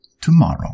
Tomorrow